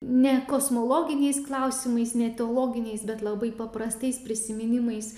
ne kosmologiniais klausimais ne teologiniais bet labai paprastais prisiminimais